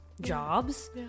jobs